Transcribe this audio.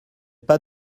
pas